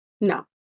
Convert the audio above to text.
No